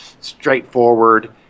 straightforward